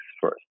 first